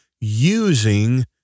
using